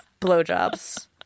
Blowjobs